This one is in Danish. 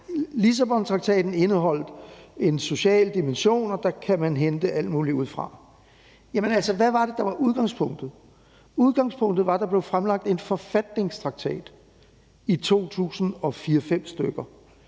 Lissabontraktaten indeholdt en social dimension, og at der kan man hente alt muligt ud fra. Jamen altså, hvad var det, der var udgangspunktet? Udgangspunktet var, at der blev fremlagt en forfatningstraktat i 2004-2005.